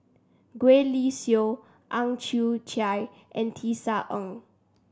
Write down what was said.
Gwee Li Sui Ang Chwee Chai and Tisa Ng